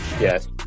Yes